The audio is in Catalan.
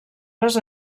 les